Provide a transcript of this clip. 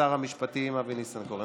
שר המשפטים אבי ניסנקורן.